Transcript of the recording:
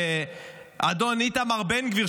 כשאדון איתמר בן גביר,